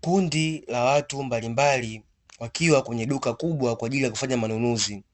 Kundi la watu mbalimbali wakiwa kwenye duka kubwa kwa ajili ya kufanya manunuzi,